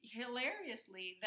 hilariously